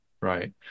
Right